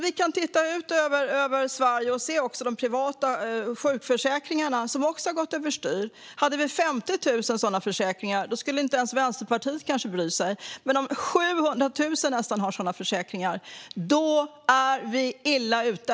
Vi kan titta ut över Sverige och se de privata sjukförsäkringarna, som också har gått över styr. Hade vi 50 000 sådana försäkringar skulle inte ens Vänsterpartiet kanske bry sig. Men om nästan 700 000 har det är vi illa ute.